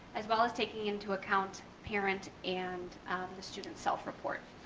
as well as taking into account, parent and the student self report.